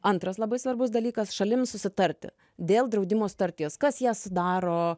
antras labai svarbus dalykas šalim susitarti dėl draudimo sutarties kas ją sudaro